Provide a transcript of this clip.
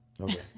Okay